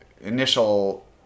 initial